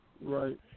Right